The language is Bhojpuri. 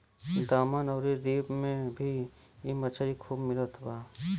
दमन अउरी दीव में भी इ मछरी खूब मिलत बा